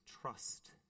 Trust